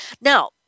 Now